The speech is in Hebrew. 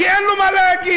כי אין לו מה להגיד.